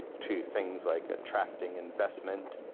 to things like attracting investment,